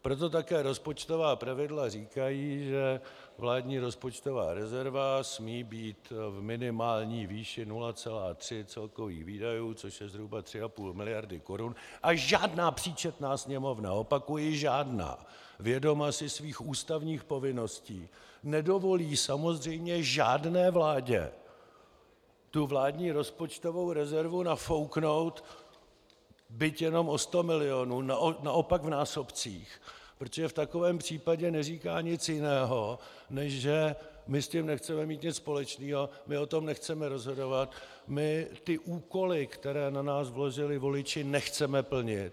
Proto také rozpočtová pravidla říkají, že vládní rozpočtová rezerva smí být v minimální výši 0,3 celkových výdajů, což je zhruba 3,5 mld. korun, a žádná příčetná Sněmovna opakuji žádná vědomá si svých ústavních povinností nedovolí samozřejmě žádné vládě tu vládní rozpočtovou rezervu nafouknout, byť jenom o 100 milionů, naopak v násobcích, protože v takovém případě neříká nic jiného, než: My s tím nechceme mít nic společného, my o tom nechceme rozhodovat, my ty úkoly, které na nás vložili voliči, nechcem plnit.